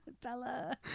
Bella